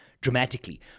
dramatically